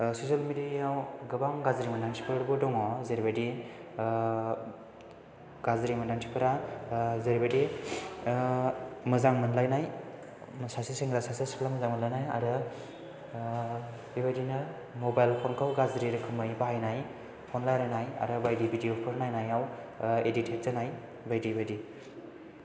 social मिडियायाव गोबां गाज्रि मानसिफोरबो दङ जेरैबायदि गाज्रि मोनदांथिफोरा जेरैबायदि मोजां मोनलायनाय सासे सेंग्रा सासे सिख्ला मोजां मोनलायनाय आरो बेबायदिनो मबाइल फनखौ गाज्रि रोखोमै बाहायनाय फन रायलायनाय आरो बायदि भिडिय'फोर नायनायाव एडिक्टेड जानाय बायदि बायदि